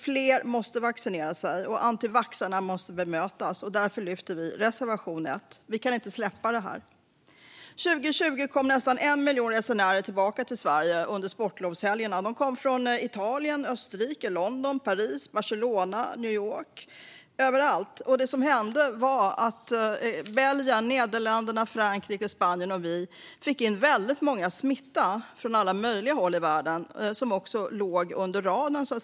Fler måste vaccinera sig, och antivaxxarna måste bemötas. Därför yrkar vi bifall till reservation 1. Vi kan inte släppa det här. År 2020 kom nästan en miljon resenärer tillbaka till Sverige under sportlovsveckorna. De kom från Italien, Österrike, London, Paris, Barcelona och New York, ja, överallt ifrån. Det som hände var att Belgien, Nederländerna, Frankrike, Spanien och vi fick in väldigt mycket smitta från alla möjliga håll i världen. Smittan gick under radarn.